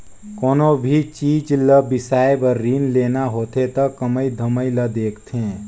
कोनो भी चीच ल बिसाए बर रीन लेना होथे त कमई धमई ल देखथें